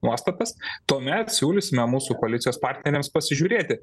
nuostatas tuomet siūlysime mūsų koalicijos partneriams pasižiūrėti